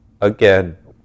Again